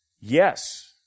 yes